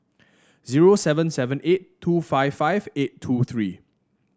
zero seven seven eight two five five eight two three